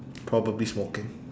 probably smoking